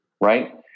right